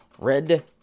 Red